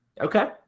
Okay